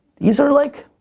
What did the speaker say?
these are like,